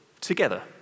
together